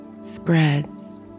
spreads